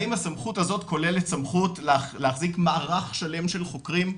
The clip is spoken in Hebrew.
האם הסמכות הזאת כוללת סמכות להחזיק מערך שלם של חוקרים?